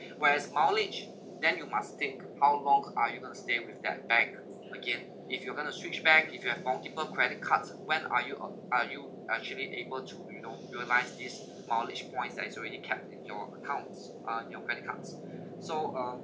whereas mileage then you must think how long are you going to stay with that bank again if you're going to switch bank if you have multiple credit cards when are you ugh are you actually able to you know utilise this mileage points that is already kept in your accounts uh in your credit cards so uh